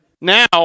Now